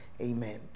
amen